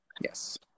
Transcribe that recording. Yes